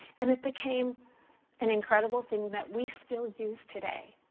and it became an incredible thing that we still use today.